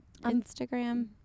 Instagram